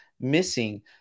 missing